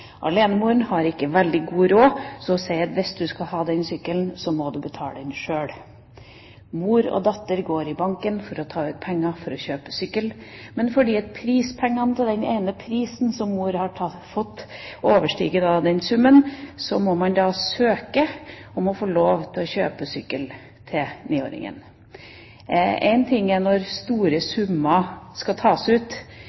Alenemoren har ikke veldig god råd, så hun sier at hvis du skal ha den sykkelen, må du betale den sjøl. Mor og datter går i banken for å ta ut penger for å kjøpe sykkel, men fordi prispengene som mor har fått, overstiger den summen, må man søke om å få lov til å kjøpe sykkel til niåringen. Én ting er når store